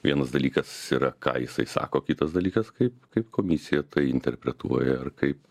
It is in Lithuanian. vienas dalykas yra ką jisai sako kitas dalykas kaip kaip komisija tai interpretuoja ar kaip